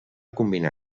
combinar